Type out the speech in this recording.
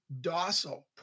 docile